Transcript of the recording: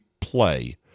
play